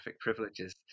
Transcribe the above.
privileges